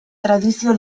tradizio